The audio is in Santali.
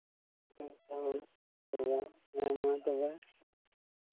ᱦᱮᱸ ᱛᱚ ᱤᱭᱟᱹ ᱦᱮᱸ ᱢᱟ ᱛᱚᱵᱮ